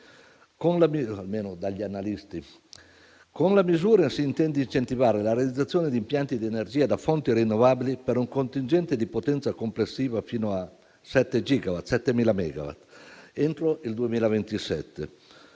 Con la misura, si intende incentivare la realizzazione di impianti di energia da fonti rinnovabili per un contingente di potenza complessiva fino a 7.000 megawatt entro il 2027,